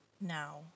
now